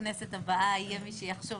ובכנסת הבאה יהיה מי שיחשוב